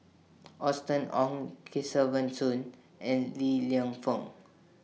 Austen Ong Kesavan Soon and Li Lienfung